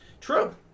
True